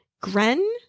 Gren